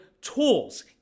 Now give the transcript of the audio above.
tools